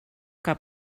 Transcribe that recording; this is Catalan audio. que